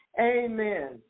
Amen